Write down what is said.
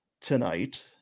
tonight